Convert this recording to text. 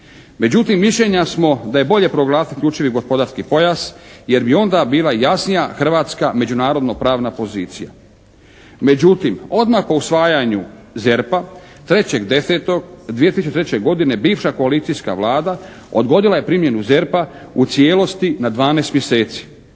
Međutim, mišljenja smo da je bolje proglasiti isključivi gospodarski pojas jer bi onda bila jasnija hrvatska međunarodnopravna pozicija. Međutim, odmah po usvajanju ZERP-a 3.10.2003. godine bivša koalicijska Vlada odgodila je primjenu ZERP-a u cijelosti na 12 mjeseci.